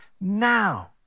now